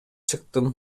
чыктым